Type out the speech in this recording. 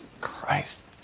Christ